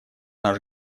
наш